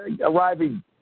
arriving